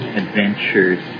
adventures